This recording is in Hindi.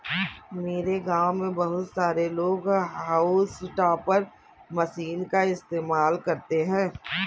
मेरे गांव में बहुत सारे लोग हाउस टॉपर मशीन का इस्तेमाल करते हैं